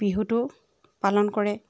বিহুটো পালন কৰে